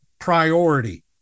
priority